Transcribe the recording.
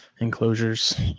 enclosures